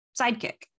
sidekick